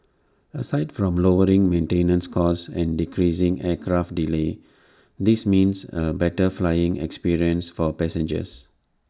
aside from lowering maintenance costs and decreasing aircraft delays this means A better flying experience for passengers